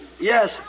Yes